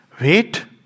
wait